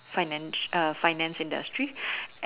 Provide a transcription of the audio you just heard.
finance finance industry